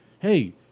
Hey